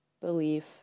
belief